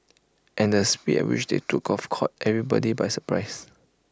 and the speed at which they took off caught everybody by surprise